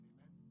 Amen